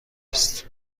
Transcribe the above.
است